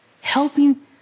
helping